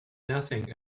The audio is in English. nothing